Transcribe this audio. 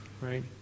right